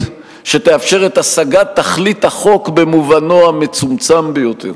שתאפשר את השגת תכלית החוק במובנו המצומצם ביותר.